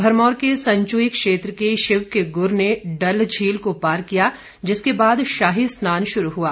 भरमौर के संचुई क्षेत्र के शिव के गुर ने डल झील को पार किया जिसके बाद शाही स्नान शुरू हुआ